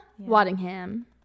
Waddingham